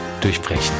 durchbrechen